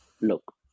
look